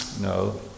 No